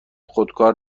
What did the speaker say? خودکار